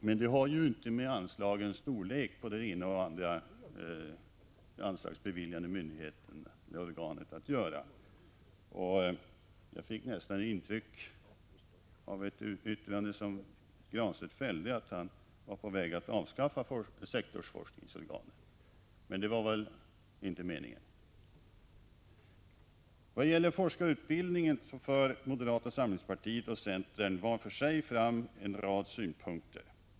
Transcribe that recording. Men det har inte med anslagens storlek från den ena eller andra anslagsbeviljande myndigheten eller organet att göra. Av ett yttrande som Granstedt fällde fick jag nästan intrycket att han var på väg att avskaffa alla sektorsforskningsorganen. Men det var väl inte meningen? Vad gäller forskarutbildning för moderata samlingspartiet och centern var för sig fram en rad synpunkter.